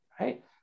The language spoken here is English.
Right